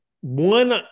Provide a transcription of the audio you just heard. One